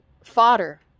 fodder